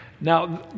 now